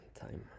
time